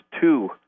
two